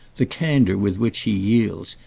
the candour with which he yields,